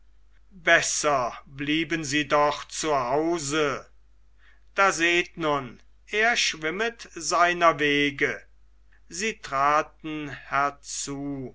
besser blieben sie doch zu hause da seht nun er schwimmet seiner wege sie traten herzu